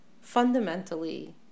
fundamentally